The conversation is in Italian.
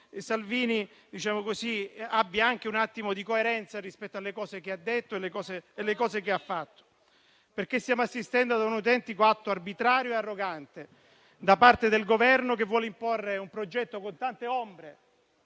Salvini ad avere anche un po' coerenza rispetto alle sue affermazioni e alle cose che ha fatto, perché stiamo assistendo ad un autentico atto arbitrario e arrogante da parte del Governo che vuole imporre un progetto con tante ombre,